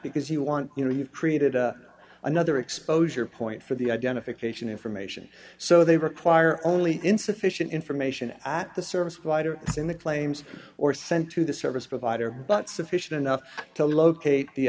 because you want you know you've created another exposure point for the identification information so they require only insufficient information at the service wider than the claims or sent to the service provider but sufficient enough to locate the